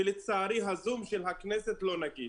ולצערי הזום של הכנסת לא נגיש.